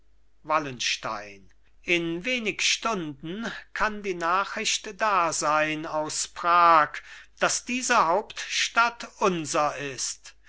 wallenstein in wenig stunden kann die nachricht dasein aus prag daß diese hauptstadt unser ist